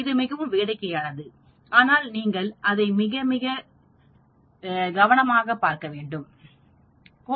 இது மிகவும் வேடிக்கையானதுஆனால் நீங்கள் அதை மிக மிக கவனமாக மிகவும் வெளிப்படையாக பார்த்தால் இது தவறு